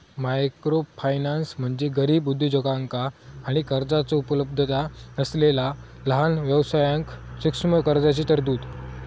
microfinance म्हणजे गरीब उद्योजकांका आणि कर्जाचो उपलब्धता नसलेला लहान व्यवसायांक सूक्ष्म कर्जाची तरतूद